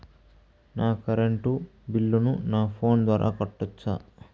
నా కరెంటు బిల్లును నా ఫోను ద్వారా కట్టొచ్చా?